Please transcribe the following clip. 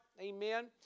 amen